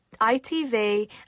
ITV